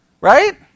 Right